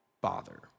bother